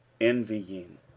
envying